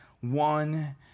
one